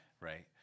Right